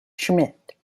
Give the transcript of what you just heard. schmidt